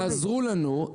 "תעזרו לנו",